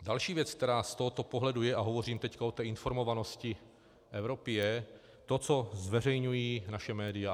Další věc, která z tohoto pohledu je, a hovořím o informovanosti Evropy, je to, co zveřejňují naše média.